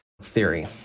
theory